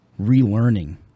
relearning